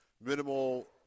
minimal